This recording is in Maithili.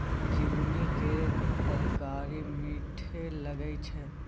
झिगुनी केर तरकारी मीठ लगई छै